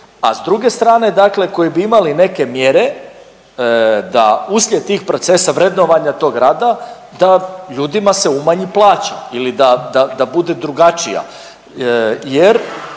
a s druge strane, dakle koji bi imali neke mjere da uslijed tih procesa vrednovanja tog rada, da ljudima se umanji plaća ili da bude drugačija.